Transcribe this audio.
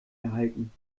erhalten